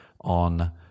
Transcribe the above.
on